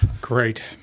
Great